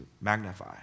magnify